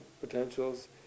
potentials